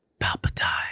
Palpatine